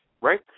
right